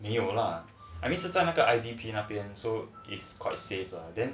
没有了 I mean 是在那个 ivp 那边 so is quite safe lah then